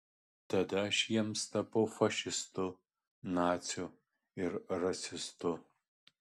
tada aš jiems tapau fašistu naciu ir rasistu